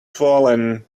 swollen